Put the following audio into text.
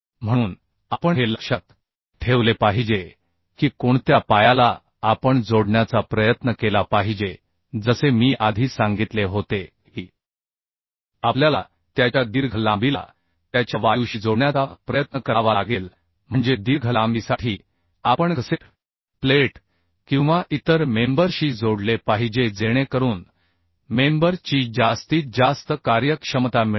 म्हणून आपण हे लक्षात ठेवले पाहिजे की कोणत्या पायाला आपण जोडण्याचा प्रयत्न केला पाहिजे जसे मी आधी सांगितले होते की आपल्याला त्याच्या दीर्घ लांबीला त्याच्या वायूशी जोडण्याचा प्रयत्न करावा लागेल म्हणजे दीर्घ लांबीसाठी आपण गसेट प्लेट किंवा इतर मेंबर शी जोडले पाहिजे जेणेकरून मेंबर ची जास्तीत जास्त कार्यक्षमता मिळेल